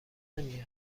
نمیاد